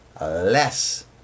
less